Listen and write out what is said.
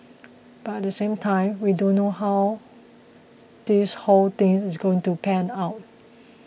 but at the same time we don't know how this whole thing is going to pan out